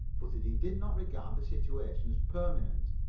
but that he did not regard the situation as permanent.